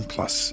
Plus